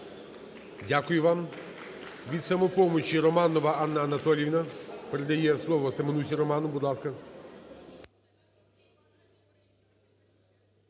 Дякую вам. Від "Самопомочі" Романова Анна Анатоліївна передає слово Семенусі Роману.